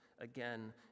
again